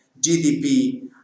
gdp